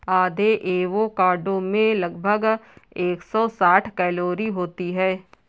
आधे एवोकाडो में लगभग एक सौ साठ कैलोरी होती है